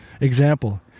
Example